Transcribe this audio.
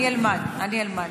אני אלמד, אני אלמד.